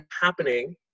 happening